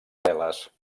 teles